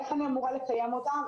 איך אני אמורה לקיים אותה?